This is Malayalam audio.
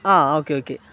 ആ ഓക്കെ ഓക്കെ